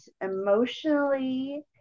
emotionally